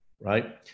right